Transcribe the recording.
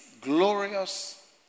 glorious